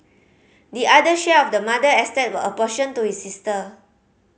the other share of the mother estate were apportioned to his sister